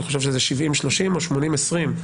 אני חושב שזה 70 30 או 80 20?